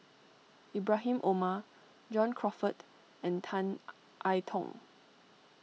Ibrahim Omar John Crawfurd and Tan I Tong